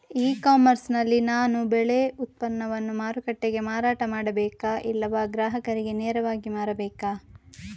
E commerce ನಲ್ಲಿ ನಾನು ಬೆಳೆ ಉತ್ಪನ್ನವನ್ನು ಮಾರುಕಟ್ಟೆಗೆ ಮಾರಾಟ ಮಾಡಬೇಕಾ ಇಲ್ಲವಾ ಗ್ರಾಹಕರಿಗೆ ನೇರವಾಗಿ ಮಾರಬೇಕಾ?